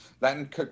Latin